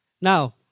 Now